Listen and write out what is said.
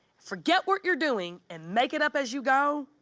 forget what you're doing, and make it up as you go,